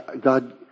God